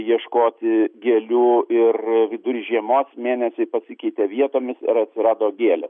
ieškoti gėlių ir vidury žiemos mėnesiai pasikeitė vietomis ir atsirado gėlės